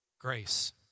Grace